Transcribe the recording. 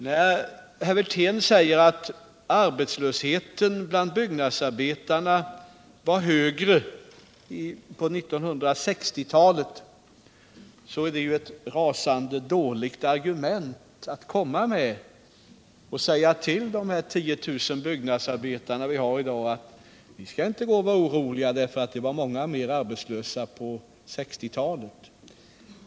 När herr Wirtén säger att arbetslösheten bland byggnadsarbetarna var högre på 1960-talet än nu är det ett rasande dåligt argument att komma med, och det hjälper föga att säga till de 10 000 arbetslösa byggnadsarbetare som vi har i dag: Ni skall inte vara oroliga, för det var många fler arbetslösa på 1960 talet!